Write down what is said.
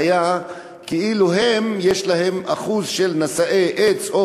כאילו יש ביניהם אחוז של נשאי איידס או